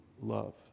love